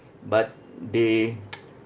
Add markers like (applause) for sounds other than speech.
but they (noise)